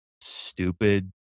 stupid